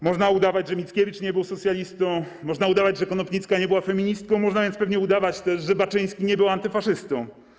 Można udawać, że Mickiewicz nie był socjalistą, można udawać, że Konopnicka nie była feministką, można więc pewnie udawać też, że Baczyński nie był antyfaszystą.